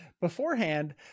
Beforehand